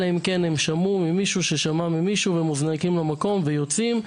אלא אם כן הם שמעו ממישהו ששמע ממישהו ומוזנקים למקום ויוצאים,